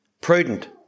Prudent